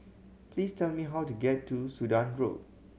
please tell me how to get to Sudan Road